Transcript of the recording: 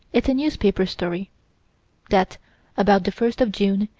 it's a newspaper story that about the first of june,